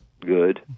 good